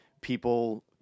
people